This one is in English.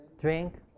drink